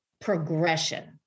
progression